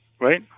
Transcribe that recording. right